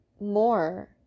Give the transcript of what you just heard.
more